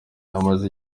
amaze